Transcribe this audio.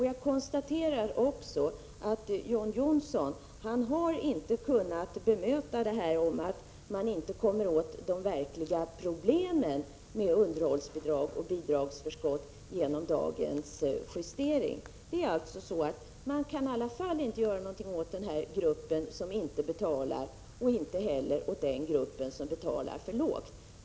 Jag konstaterar också att John Johnsson inte har kunnat bemöta vad jag sade om att man inte kommer åt de verkliga problemen i samband med underhållsbidrag och bidragsförskott genom dagens justering. Man kan i alla fall inte göra någonting åt den grupp som inte betalar och inte heller åt den grupp som betalar för litet.